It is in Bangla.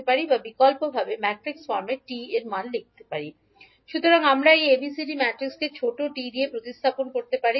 𝐕2 𝐚𝐕1 − 𝐛𝐈1 𝐈2 𝐜𝐕1 − 𝐝𝐈1 বিকল্পভাবে ম্যাট্রিক্স ফর্মে আপনি T লিখতে পারেন সুতরাং আমরা এই ABCD ম্যাট্রিক্সকে ছোট T দিয়ে উপস্থাপন করি